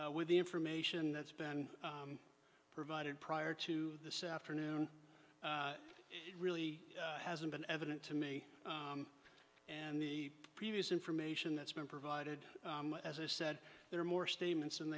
and with the information that's been provided prior to this afternoon it really hasn't been evident to me and the previous information that's been provided as i said there are more statements and